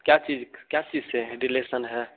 क्या चीज क्या चीज से है रिलेसन है